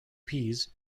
peas